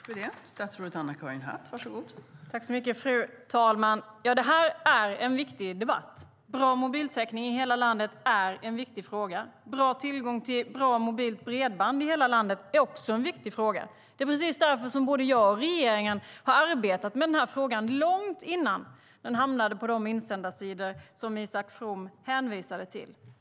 Fru talman! Det här är en viktig debatt. Bra mobiltäckning i hela landet är en viktig fråga. Bra tillgång till bra mobilt bredband i hela landet är också en viktig fråga. Det är precis därför som både jag och regeringen har arbetat med denna fråga långt innan den hamnat på de insändarsidor som Isak From hänvisar till.